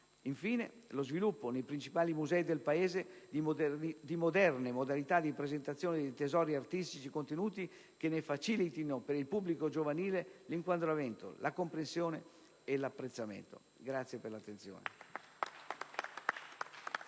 infine, lo sviluppo nei principali musei del Paese di moderne modalità di presentazione dei tesori artistici contenuti, che ne facilitino per il pubblico giovanile l'inquadramento, la comprensione e l'apprezzamento. *(Applausi